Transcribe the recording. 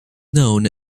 known